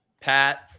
Pat